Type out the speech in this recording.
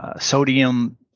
sodium